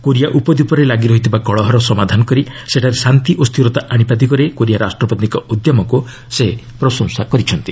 Korea ଉପଦ୍ୱୀପରେ ଲାଗିରହିଥିବା କଳହର ସମାଧାନ କରି ସେଠାରେ ଶାନ୍ତି ଓ ସ୍ଥିରତା ଆଣିବା ଦିଗରେ କୋରିଆ ରାଷ୍ଟ୍ରପତିଙ୍କ ଉଦ୍ୟମକୁ ସେ ପ୍ରଶଂସା କରିଛନ୍ତି